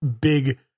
big